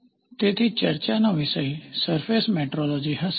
તેથી ચર્ચાનો વિષય સરફેસ મેટ્રોલોજી હશે